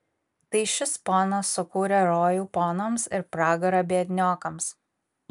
tai šis ponas sukūrė rojų ponams ir pragarą biedniokams